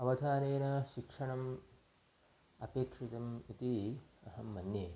अवधानेन शिक्षणम् अपेक्षितम् इति अहं मन्ये